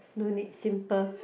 no need simple